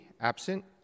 absent